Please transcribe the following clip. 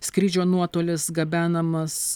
skrydžio nuotolis gabenamas